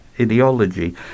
ideology